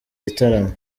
gitaramo